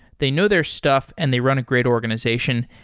they know their stuff and they run a great organization.